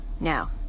Now